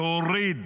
שהוריד